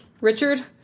Richard